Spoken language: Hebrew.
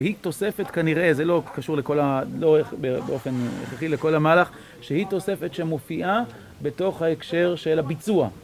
היא תוספת כנראה, זה לא קשור לכל המהלך, שהיא תוספת שמופיעה בתוך ההקשר של הביצוע.